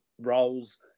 roles